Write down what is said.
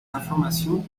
informations